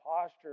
posture